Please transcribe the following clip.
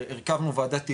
הרכבנו ועדת היגוי,